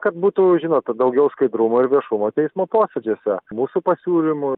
kad būtų žinot daugiau skaidrumo ir viešumo teismo posėdžiuose mūsų pasiūlymų